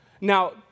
Now